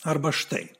arba štai